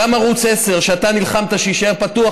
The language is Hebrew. גם ערוץ 10 שאתה נלחמת שיישאר פתוח.